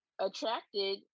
attracted